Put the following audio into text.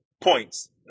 points